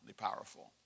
powerful